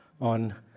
on